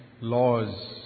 laws